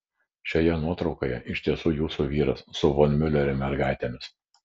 šioje nuotraukoje iš tiesų jūsų vyras su von miulerio mergaitėmis